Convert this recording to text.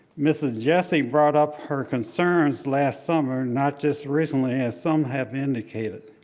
mrs. jessie brought up her concerns last summer, not just recently, as some have indicated.